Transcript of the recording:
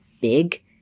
big